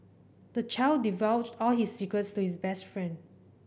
the child divulged all his secrets to his best friend